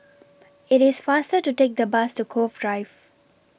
IT IS faster to Take The Bus to Cove Drive